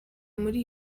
muri